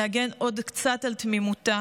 להגן עוד קצת על תמימותה,